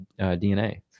DNA